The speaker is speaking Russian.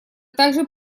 также